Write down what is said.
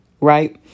right